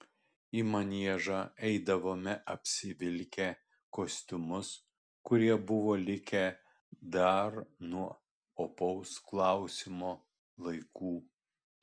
į maniežą eidavome apsivilkę kostiumus kurie buvo likę dar nuo opaus klausimo laikų